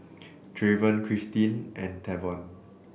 Draven Christeen and Tavon